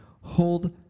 Hold